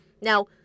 Now